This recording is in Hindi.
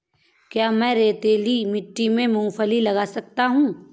क्या मैं रेतीली मिट्टी में मूँगफली लगा सकता हूँ?